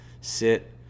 sit